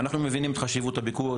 אנחנו מבינים את חשיבות הביקור.